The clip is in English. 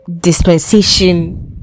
dispensation